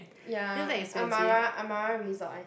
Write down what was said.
ya Amara Amara resort eh